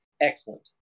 excellent